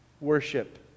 Worship